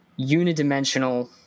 unidimensional